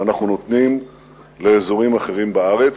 שאנחנו נותנים לאזורים אחרים בארץ.